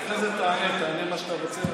בסדר, אחרי זה תעלה, תענה מה שאתה רוצה,